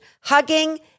Hugging